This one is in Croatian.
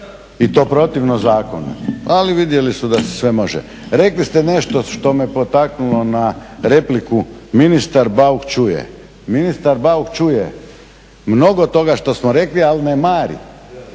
I to protivno zakonu ali vidjeli su da se sve može. Rekli ste nešto što me potaknulo na repliku, ministar Bauk čuje. Ministar Bauk čuje mnogo toga što smo rekli ali ne mari.